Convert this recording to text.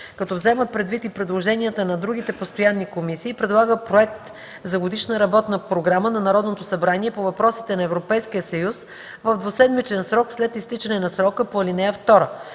като взема предвид и предложенията на другите постоянни комисии, предлага проект за Годишна работна програма на Народното събрание по въпросите на Европейския съюз в двуседмичен срок след изтичане на срока по ал. 2.